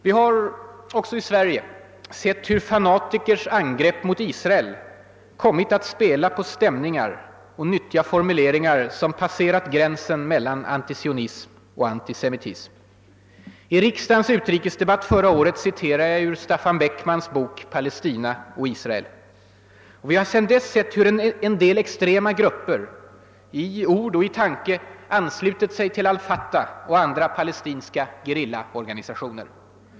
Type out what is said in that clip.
Vi har också i Sverige sett hur fanatikers angrepp mot Israel kommit att spela på stämningar och nyttja formuleringar som passerat gränsen mellan antisionism och antisemitism. I riksdagens utrikesdebatt förra året citerade jag ur Staffan Beckmans bok »Palestina och Israel». Och vi har sedan dess sett hur en del extrema grupper i vårt land i ord och tanke anslutit sig till al Fatah och andra palestinska gerillaorganisationer.